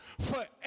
forever